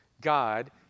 God